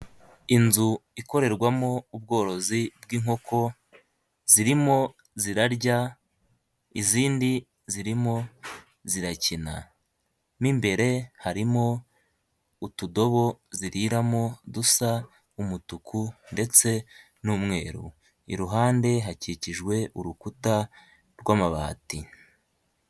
Inzu ikorerwamo ubworozi bw'inkoko zirimo zirarya izindi zirimo zirakina, mo imbere harimo utudobo ziriramo dusa umutuku ndetse n'umweru, iruhande hakikijwe urukuta rw'amabati.